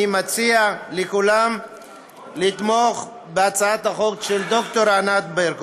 אני מציע לכולם לתמוך בהצעת החוק של דוקטור ענת ברקו.